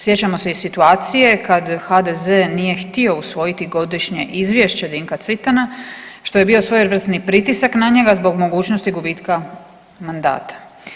Sjećamo se i situacije kad HDZ nije htio usvojiti godišnje izvješće Dinka Cvitana što je bio svojevrsni pritisak na njega zbog mogućnosti gubitka mandata.